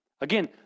Again